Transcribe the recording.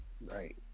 Right